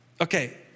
Okay